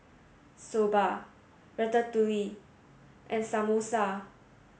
Soba Ratatouille and Samosa